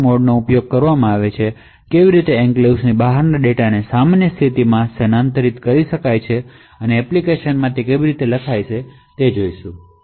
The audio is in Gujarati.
કેવી રીતે SGX મોડનો ઉપયોગ કરવામાં આવે છે અને કેવી રીતે એન્ક્લેવ્સ ની બહાર ડેટાને સામાન્ય મોડમાંથી એન્ક્લેવ્સ માં સ્થાનાંતરિત કરી અને રિજલ્ટ મેળવી શકાય છે તે જોશું